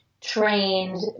trained